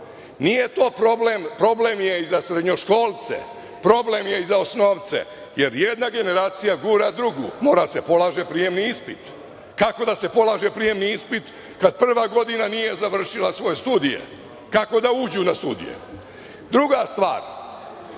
nije to problem, problem je i za srednjoškolce, problem je i za osnovce, jer jedna generacija gura drugu. Mora da se polaže prijemni ispit. Kako da se polaže prijemni ispit kad prva godina nije završila svoje studije, kako da uđu na studije? Druga stvar,